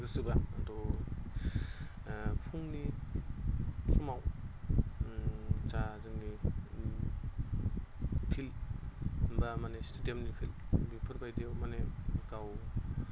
गोसोबा थ' फुंनि समाव जा जोंनि फिल्द बा माने स्टेडियामनि फिल्द बेफोरबायदियाव माने गाव